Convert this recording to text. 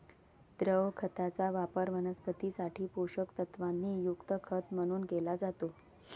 द्रव खताचा वापर वनस्पतीं साठी पोषक तत्वांनी युक्त खत म्हणून केला जातो